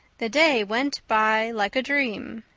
the day went by like a dream.